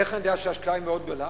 איך אני יודע שההשקעה היא מאוד גדולה?